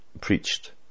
Preached